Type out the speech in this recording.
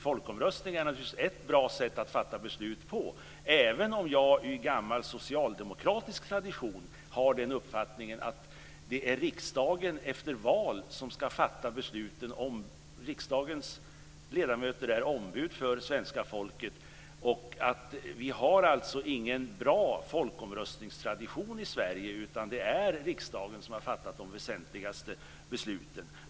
Folkomröstning är naturligtvis ett bra sätt när det gäller att fatta beslut även om jag - det finns en gammal socialdemokratisk tradition - har den uppfattningen att det är riksdagen som efter val ska fatta besluten. Riksdagens ledamöter är ombud för svenska folket. Vi har alltså ingen bra folkomröstningstradition i Sverige, utan det är riksdagen som har fattat de väsentligaste besluten.